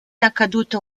accaduto